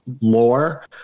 lore